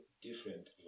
different